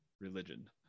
religion